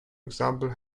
example